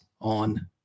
on